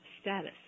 status